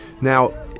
Now